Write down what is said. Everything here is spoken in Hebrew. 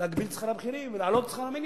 הגבלת שכר הבכירים והעלאת שכר המינימום.